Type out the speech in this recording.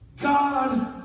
god